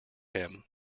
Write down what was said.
him